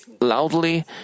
loudly